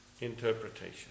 interpretation